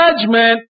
judgment